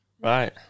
Right